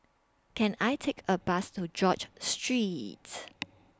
Can I Take A Bus to George Street